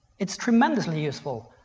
it's tremendously useful.